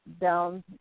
down